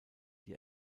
die